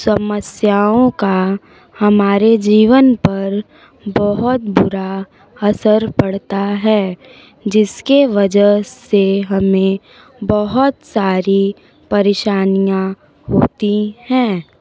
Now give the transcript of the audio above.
समस्याओं का हमारे जीवन पर बहुत बुरा असर पड़ता है जिसकी वजह से हमें बहुत सारी परेशानियाँ होती हैं